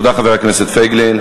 תודה, חבר הכנסת פייגלין.